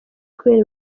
kubera